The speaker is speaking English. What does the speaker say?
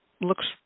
looks